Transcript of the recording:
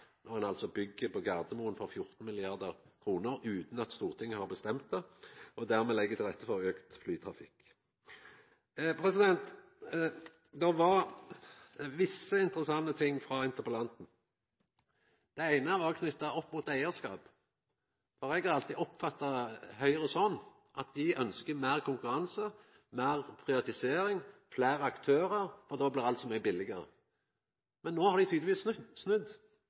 når ein altså byggjer på Gardermoen for 14 mrd. kr utan at Stortinget har bestemt det, og dermed legg til rette for auka flytrafikk. Det var visse interessante ting frå interpellanten. Det eine var knytt opp mot eigarskap. Eg har alltid oppfatta Høgre sånn at dei ønskjer meir konkurranse, meir privatisering, fleire aktørar – og då blir alt så mykje billigare. Men no har dei tydelegvis snudd.